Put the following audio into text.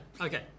Okay